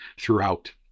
throughout